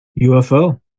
UFO